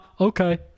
Okay